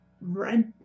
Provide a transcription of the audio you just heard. rent